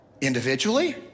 individually